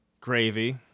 Gravy